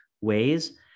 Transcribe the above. ways